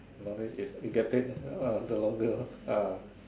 knowledge is you get paid uh the longer lah ah